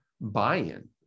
buy-in